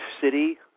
City